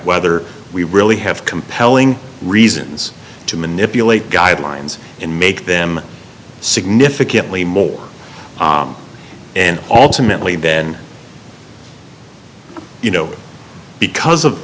whether we really have compelling reasons to manipulate guidelines and make them significantly more and also mentally then you know because of